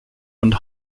und